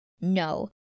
No